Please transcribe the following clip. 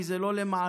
כי זה לא למענו,